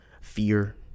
fear